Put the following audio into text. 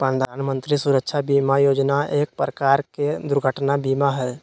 प्रधान मंत्री सुरक्षा बीमा योजना एक प्रकार के दुर्घटना बीमा हई